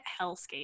hellscape